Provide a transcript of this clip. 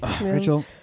Rachel